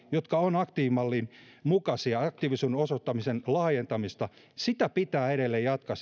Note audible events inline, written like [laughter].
toimien jotka ovat aktiivimallin mukaista aktiivisuuden osoittamista laajentamista pitää edelleen jatkaa [unintelligible]